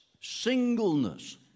singleness